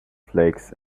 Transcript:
flakes